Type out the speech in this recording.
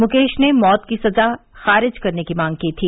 मुकेश ने मौत की सजा खारिज करने की मांग की थी